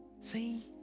See